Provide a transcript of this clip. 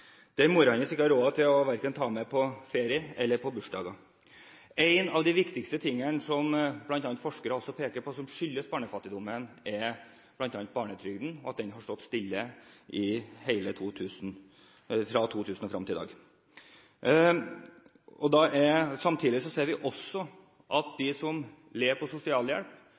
ikke har råd til verken å ta henne med på ferier eller på bursdager. En av de viktigste tingene som bl.a. forskere peker på som årsak til barnefattigdommen, er bl.a. barnetrygden, og at den har stått stille fra år 2000 og frem til i dag. Samtidig ser vi også at mange av de barna lever på sosialhjelp,